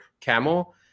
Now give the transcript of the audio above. Camel